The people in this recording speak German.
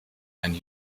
einen